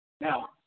Now